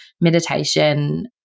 meditation